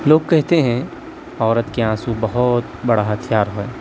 لوگ کہتے ہیں عورت کے آنسوں بہت بڑا ہتھیار ہے